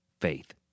faith